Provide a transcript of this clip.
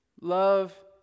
Love